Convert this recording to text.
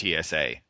TSA